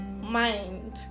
mind